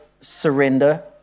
surrender